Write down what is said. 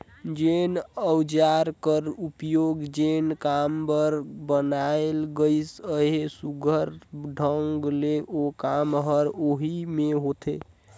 जेन अउजार कर उपियोग जेन काम बर बनाल गइस अहे, सुग्घर ढंग ले ओ काम हर ओही मे होथे